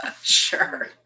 Sure